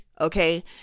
okay